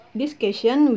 discussion